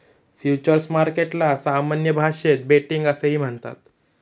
futures मार्केटला सामान्य भाषेत बेटिंग असेही म्हणतात